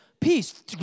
peace